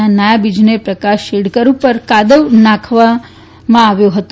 ના નાયબ ઈજનેર પ્રકાશ શેડકર ઉપર કાદવ નાખવાની આવ્યો હતો